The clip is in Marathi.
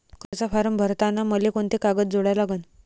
कर्जाचा फारम भरताना मले कोंते कागद जोडा लागन?